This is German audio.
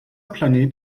planet